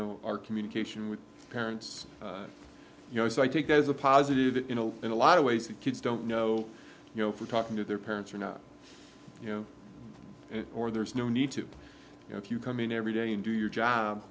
know our communication with parents you know so i take that as a positive you know in a lot of ways that kids don't know you know for talking to their parents or not you know or there's no need to you know if you come in every day and do your